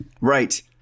Right